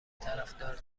طرفدار